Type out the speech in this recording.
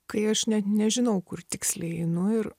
kai aš net nežinau kur tiksliai einu ir